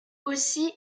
aussi